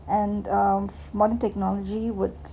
and um modern technology would